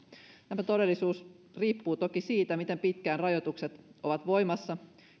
tämä todellisuus riippuu toki siitä miten pitkään rajoitukset ovat voimassa